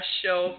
show